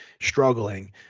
struggling